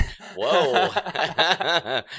whoa